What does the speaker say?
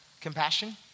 compassion